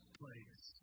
place